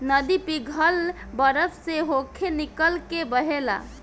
नदी पिघल बरफ से होके निकल के बहेला